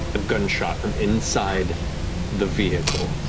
a gunshot from inside the vehicle.